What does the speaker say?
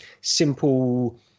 simple